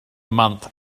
month